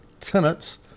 tenants